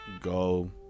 go